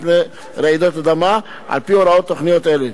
מפני רעידות אדמה על-פי הוראות תוכניות אלה.